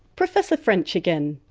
professor french again.